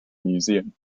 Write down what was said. museum